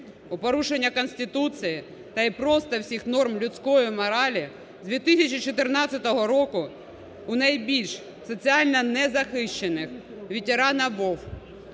У порушення Конституції та і просто всіх норм людської моралі з 2014 року у найбільш соціально незахищених ветеранів ВОВ,